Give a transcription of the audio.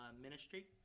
ministry